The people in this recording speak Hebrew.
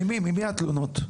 ממי התלונות?